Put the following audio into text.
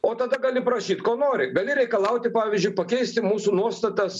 o tada gali prašyt ko nori gali reikalauti pavyzdžiui pakeisti mūsų nuostatas